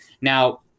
Now